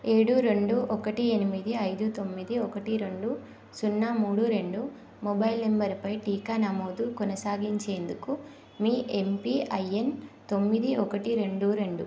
ఏడు రెండు ఒకటి ఎనిమిది ఐదు తొమ్మిది ఒకటి రెండు సున్నా మూడు రెండు మొబైల్ నంబరుపై టీకా నమోదు కొనసాగించేందుకు మీ ఎంపిఐఎన్ తొమ్మిది ఒకటి రెండు రెండు